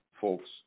folks